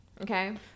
okay